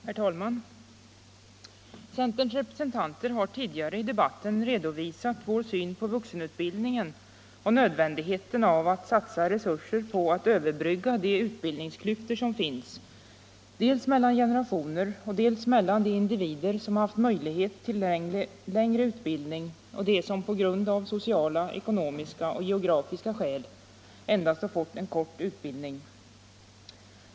Herr talman! Centerns representanter har tidigare i debatten redovisat vår syn på vuxenutbildningen och nödvändigheten av att satsa resurser på att överbrygga de utbildningsklyftor som finns, dels mellan generationer, dels mellan de individer som haft möjlighet till längre utbildning och de som av sociala, ekonomiska och geografiska skäl endast fått en kort utbildning.